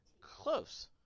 close